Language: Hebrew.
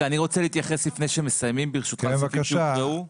לפני שמסיימים, אני רוצה להתייחס.